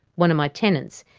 one of my tenants,